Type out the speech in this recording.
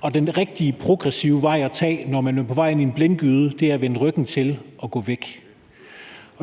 Og den rigtige progressive vej at tage, når man er på vej ind i en blindgyde, er at vende ryggen til og gå væk.